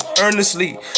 Earnestly